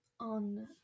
on